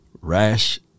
Rash